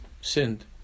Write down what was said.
sinned